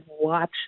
watch